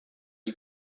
you